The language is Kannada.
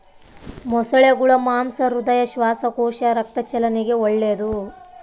ಮೊಸಳೆಗುಳ ಮಾಂಸ ಹೃದಯ, ಶ್ವಾಸಕೋಶ, ರಕ್ತ ಚಲನೆಗೆ ಒಳ್ಳೆದು